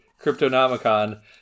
Cryptonomicon